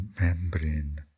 membrane